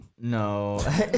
No